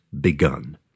begun